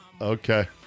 Okay